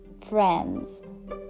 friends